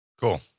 Cool